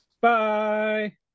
Bye